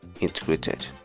integrated